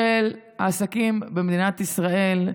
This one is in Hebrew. של העסקים במדינת ישראל,